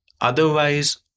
otherwise